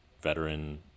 veteran